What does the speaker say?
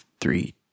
three